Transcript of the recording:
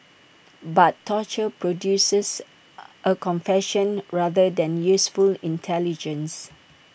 but torture produces A confession rather than useful intelligence